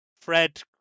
Fred